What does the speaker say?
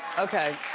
okay.